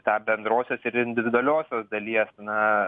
tą bendrosios ir individualiosios dalies na